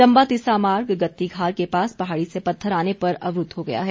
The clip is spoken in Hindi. चम्बा तिस्सा मार्ग गत्तीघार के पास पहाड़ी से पत्थर आने पर अवरूद्ध हो गया है